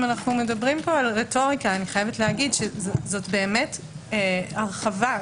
זו באמת הרחבה.